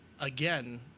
again